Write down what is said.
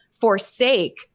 forsake